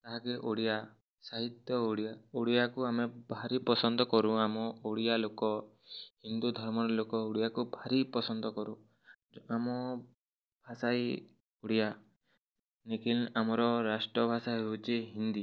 ଯାହାକି ଓଡ଼ିଆ ସାହିତ୍ୟ ଓଡ଼ିଆ ଓଡ଼ିଆକୁ ଆମେ ଭାରି ପସନ୍ଦ କରୁ ଆମ ଓଡ଼ିଆ ଲୋକ ହିନ୍ଦୁ ଧର୍ମର ଲୋକ ଓଡ଼ିଆକୁ ଭାରି ପସନ୍ଦ କରୁ ଆମ ଭାଷା ବି ଓଡ଼ିଆ ଲେକିନ୍ ଆମର ରାଷ୍ଟ୍ରଭାଷା ହେଉଛି ହିନ୍ଦୀ